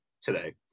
today